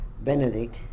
Benedict